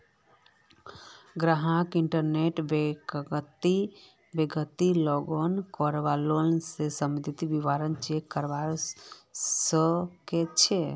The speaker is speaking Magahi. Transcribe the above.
ग्राहक इंटरनेट बैंकिंगत लॉगिन करे लोन स सम्बंधित विवरण चेक करवा सके छै